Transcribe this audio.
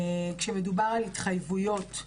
כשמדובר על התחייבויות,